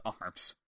arms